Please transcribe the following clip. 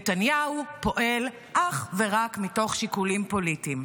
נתניהו פועל אך ורק מתוך שיקולים פוליטיים.